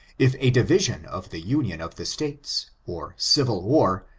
if a division of the union of the states, or civil war,